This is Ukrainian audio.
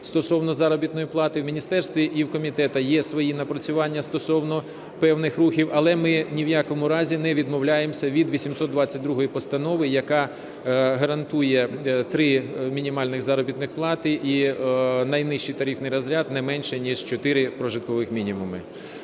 стосовно заробітної плати. В міністерстві і в комітеті є свої напрацювання стосовно певних рухів, але ми ні в якому разі не відмовляємося від 822 Постанови, яка гарантує три мінімальні заробітні плати, і найнижчий тарифний розряд не менше ніж чотири прожиткових мінімумів.